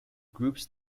groups